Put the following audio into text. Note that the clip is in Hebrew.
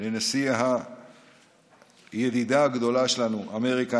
לנשיא הידידה הגדולה שלנו אמריקה,